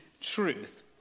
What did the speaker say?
truth